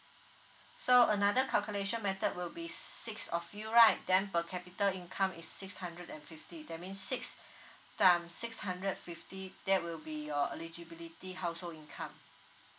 so another calculation method will be six of you right then per capita income is six hundred and fifty that means six time six hundred fifty that will be your eligibility household income